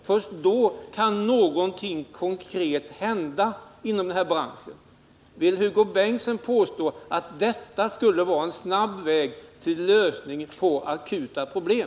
Först därefter kan någonting konkret hända inom den här branschen. Vill Hugo Bengtsson påstå att detta skulle vara en snabb väg till lösning på akuta problem?